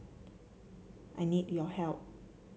I need your help